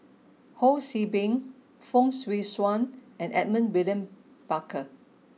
Ho See Beng Fong Swee Suan and Edmund William Barker